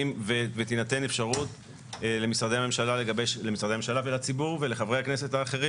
ותינתן אפשרות למשרדי הממשלה ולציבור ולחברי הכנסת האחרים,